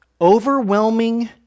overwhelming